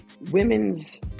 women's